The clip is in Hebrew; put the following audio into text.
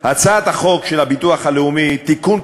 הצעת חוק הביטוח הלאומי (תיקון,